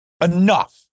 enough